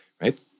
right